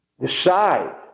decide